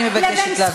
אני מבקשת להפסיק.